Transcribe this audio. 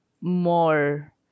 more